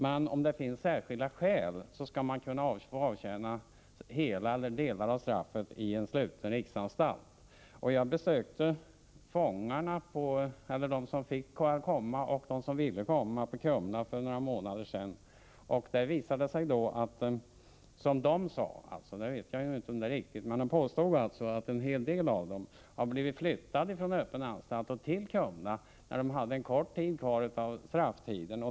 Men om det föreligger särskilda skäl skall man kunna avtjäna hela eller delar av straffet i en sluten riksanstalt. Jag var bland dem som fick och ville besöka fångarna på Kumla för någon månad sedan. Fångarna där påstod att — jag vet inte om det är riktigt — en hel del av dem hade blivit flyttade från en öppen anstalt till Kumla när de hade en kort tid kvar av strafftiden.